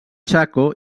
chaco